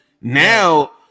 Now